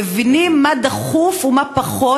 מבינים מה דחוף ומה פחות,